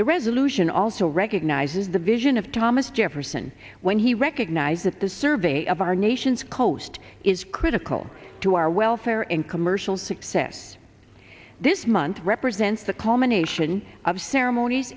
the resolution also recognizes the vision of thomas jefferson when he recognized that the survey of our nation's coast is critical to our welfare and commercial success this month represents the culmination of ceremonies